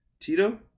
Tito